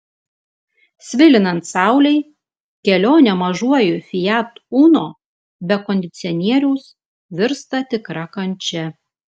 svilinant saulei kelionė mažuoju fiat uno be kondicionieriaus virsta tikra kančia